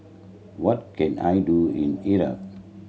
what can I do in Iraq